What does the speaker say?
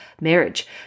marriage